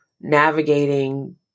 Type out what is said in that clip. navigating